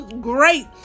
great